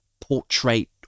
portrait